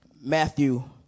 Matthew